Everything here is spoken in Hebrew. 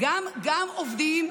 גם עובדים,